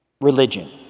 religion